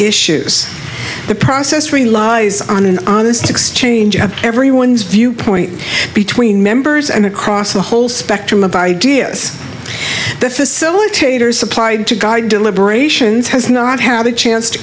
issues the process relies on an honest exchange of everyone's viewpoint between members and across the whole spectrum of ideas the facilitators applied to god deliberations has not had a chance to